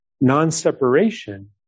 Non-separation